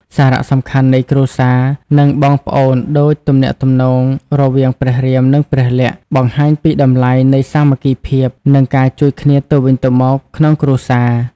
សារៈសំខាន់នៃគ្រួសារ និងបងប្អូនដូចទំនាក់ទំនងរវាងព្រះរាម និងព្រះលក្សណ៍ បង្ហាញពីតម្លៃនៃសាមគ្គីភាព និងការជួយគ្នាទៅវិញទៅមកក្នុងគ្រួសារ ។